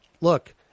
look